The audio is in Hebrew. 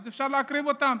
אז אפשר להקריב אותם.